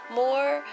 more